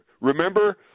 remember